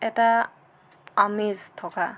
এটা আমেজ থকা